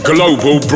Global